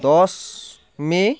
দহ মে'